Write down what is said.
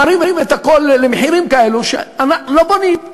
מרימים את הכול למחירים כאלה שלא בונים.